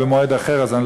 בתוך ארבעה חודשים.